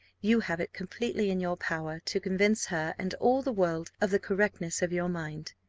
you have it completely in your power to convince her and all the world of the correctness of your mind.